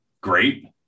great